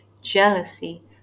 jealousy